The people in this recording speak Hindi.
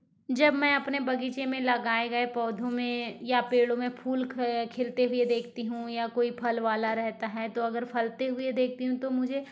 जब मैं अपने बगीचे में लगाए गए पौधों में या पेड़ों में फूल खिलते हुए देखती हूँ या कोई फल वाला रहता है तो अगर फलते हुए देखती हूँ तो मुझे